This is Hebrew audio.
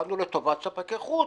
לטובת ספקי חוץ.